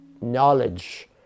knowledge